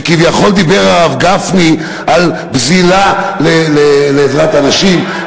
שכביכול דיבר הרב גפני על פזילה לעזרת הנשים,